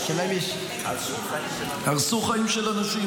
-- שהרסו חיים של אנשים.